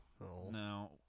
no